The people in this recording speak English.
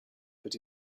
but